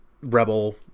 rebel